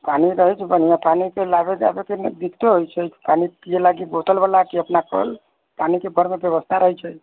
पानी रहै छै बढ़िआँ पानीके लाबय जाबयके एनी दिक्कतो होइ छै पानी पियै लागी बोतलवला कि अपना कल पानीके बाहरमे तऽ व्यवस्था रहै छै